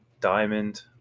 diamond